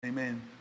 amen